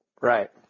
Right